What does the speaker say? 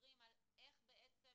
שמדברים על איך בעצם